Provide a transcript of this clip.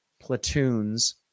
platoons